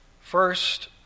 First